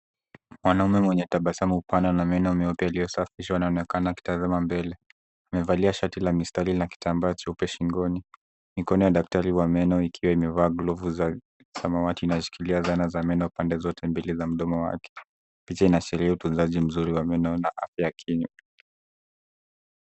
Mwanaume wenye tabasamu pana na meno meupe yaliyosafishwa anaonekana akitazama mbele. Amevalia shati la mistari na kitambaa cheupe shingoni. Mikono ya daktari wa meno ikiwa imevaa glovu za samawati, inashikilia zana za meno pande zote mbili za mdomo wake. Picha inaashiria utunzaji mzuri ya meno na afya ya kinywa.